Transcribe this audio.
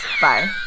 bye